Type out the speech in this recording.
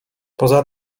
poza